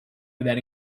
without